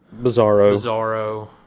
Bizarro